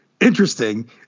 interesting